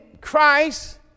Christ